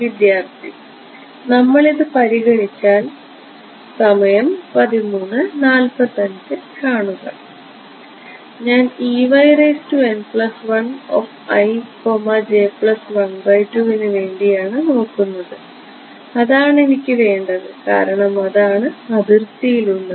വിദ്യാർത്ഥി നമ്മൾ ഇത് പരിഗണിച്ചാൽ ഞാൻ നു വേണ്ടിയാണ് നോക്കുന്നത് അതാണ് എനിക്ക് വേണ്ടത് കാരണം അതാണ് അതിർത്തിയിൽ ഉള്ളത്